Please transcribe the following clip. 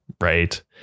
right